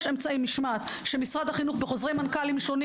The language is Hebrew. יש אמצעי משמעת שמשרד החינוך וחוזרי מנכ"לים שונים